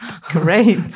Great